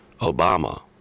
Obama